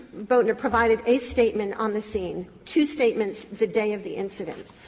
boatner provided a statement on the scene, two statements the day of the incident.